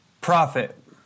profit